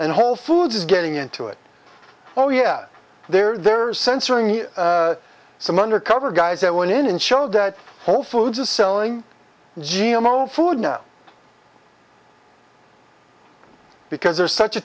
and whole foods is getting into it oh yeah they're they're censoring you some undercover guys that went in and showed that whole foods is selling g m o food no because there's such a